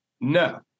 No